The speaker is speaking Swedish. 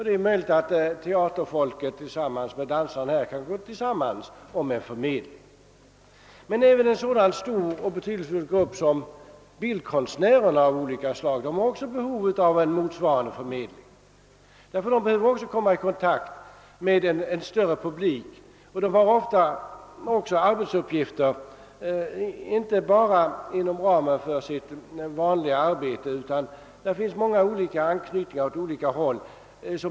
Det är möjligt att de tillsammans med teaterfolket kan ha en gemensam förmedling. Men även en så stor och betydelsefull grupp som bildkonstnärer av olika slag har behov av en motsvarande förmedling, därför att de också behöver komma i kontakt med en större publik. De har ofta inte bara arbetsuppgifter inom ramen för sitt vanliga arbete utan också anknytningar på många olika håll.